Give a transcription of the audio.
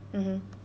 mmhmm